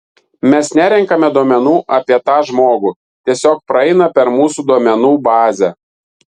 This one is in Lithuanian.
mes nerenkame duomenų apie tą žmogų tiesiog praeina per mūsų duomenų bazę